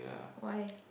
why